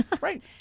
Right